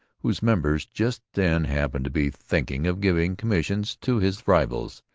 whose members just then happened to be thinking of giving commissions to his rivals,